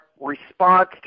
response